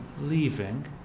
leaving